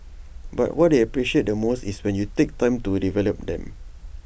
but what they appreciate the most is when you take time to develop them